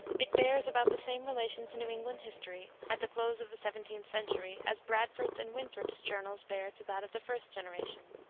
it bears about the same relation to new england history at the close of the seventeenth century as bradford's and winthrop's journals bear to that of the first generation.